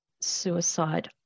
suicide